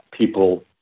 people